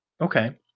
Okay